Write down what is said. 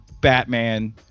Batman